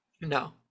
No